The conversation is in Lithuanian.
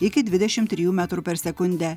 iki dvidešimt trijų metrų per sekundę